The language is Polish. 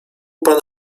pan